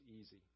easy